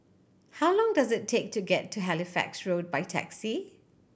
how long does it take to get to Halifax Road by taxi